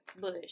bush